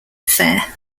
affair